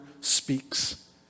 speaks